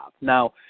Now